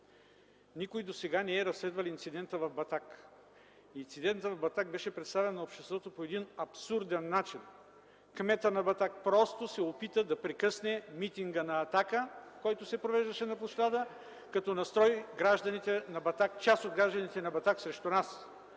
Никой досега не е разследвал инцидента в Батак. Инцидентът в Батак беше представен на обществото по един абсурден начин. Кметът на Батак просто се опита да прекъсне митинга на „Атака”, който се провеждаше на площада, като настрои част от гражданите на Батак срещу нас.